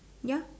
ya